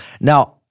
Now